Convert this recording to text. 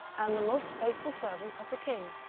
and the most faithful servants of the king.